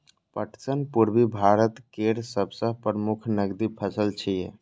पटसन पूर्वी भारत केर सबसं प्रमुख नकदी फसल छियै